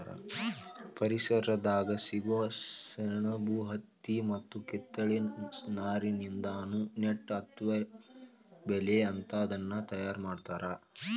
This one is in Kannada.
ಪರಿಸರದಾಗ ಸಿಗೋ ಸೆಣಬು ಹತ್ತಿ ಮತ್ತ ಕಿತ್ತಳೆ ನಾರಿನಿಂದಾನು ನೆಟ್ ಅತ್ವ ಬಲೇ ಅಂತಾದನ್ನ ತಯಾರ್ ಮಾಡ್ತಾರ